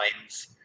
lines